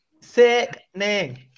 sickening